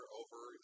over